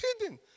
kidding